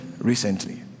recently